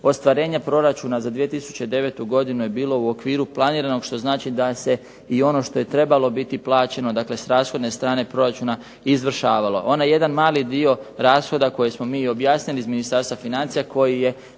ostvarenje proračuna za 2009. godinu je bilo u okviru planiranog, što znači da se i ono što je trebalo biti plaćeno, dakle s rashodne strane proračuna izvršavalo. Onaj jedan mali dio rashoda koji smo mi objasnili iz Ministarstva financija koji je